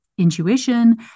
intuition